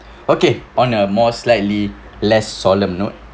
okay on a more slightly less solemn note